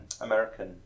American